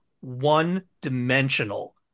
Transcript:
one-dimensional